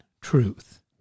truth